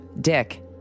Dick